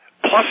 plus